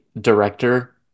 director